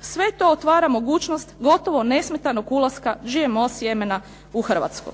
Sve to otvara mogućnost gotovo nesmetanog ulaska GMO sjemena u Hrvatsku.